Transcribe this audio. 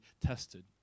tested